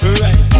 right